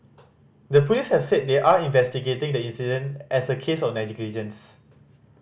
the police have said they are investigating the incident as a case of negligence